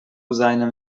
seinem